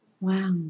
Wow